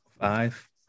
Five